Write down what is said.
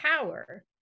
power